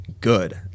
good